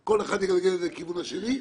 בשני משרדים, כל אחד זורק לכיוון השני.